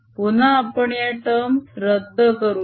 पुन्हा आपण या टर्म्स रद्द करूया